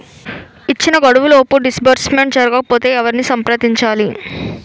ఇచ్చిన గడువులోపు డిస్బర్స్మెంట్ జరగకపోతే ఎవరిని సంప్రదించాలి?